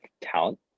talent